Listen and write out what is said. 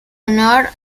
honor